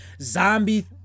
zombie